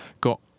got